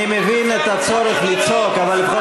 על מה אנחנו